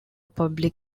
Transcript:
public